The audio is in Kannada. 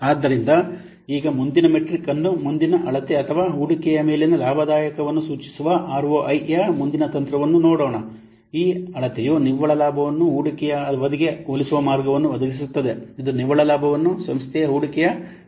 ಆದ್ದರಿಂದ ಈಗ ಮುಂದಿನ ಮೆಟ್ರಿಕ್ ಅನ್ನು ಮುಂದಿನ ಅಳತೆ ಅಥವಾ ಹೂಡಿಕೆಯ ಮೇಲಿನ ಆದಾಯವನ್ನು ಸೂಚಿಸುವ ROI ಯ ಮುಂದಿನ ತಂತ್ರವನ್ನು ನೋಡೋಣ ಈ ಅಳತೆಯು ನಿವ್ವಳ ಲಾಭವನ್ನು ಹೂಡಿಕೆಯ ಅವಧಿಗೆ ಹೋಲಿಸುವ ಮಾರ್ಗವನ್ನು ಒದಗಿಸುತ್ತದೆ ಇದು ನಿವ್ವಳ ಲಾಭವನ್ನು ಸಂಸ್ಥೆಯ ಹೂಡಿಕೆಯ ಅವಧಿಗೆ ಹೋಲಿಸುತ್ತದೆ